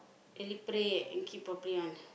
really pray and keep properly one